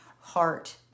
heart